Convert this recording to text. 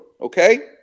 Okay